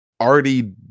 already